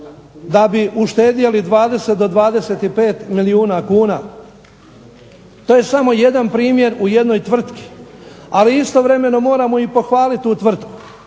da bi uštedjeli 20 do 25 milijuna kuna? To je samo jedan primjer u jednoj tvrtki ali istovremeno moramo pohvaliti tu tvrtku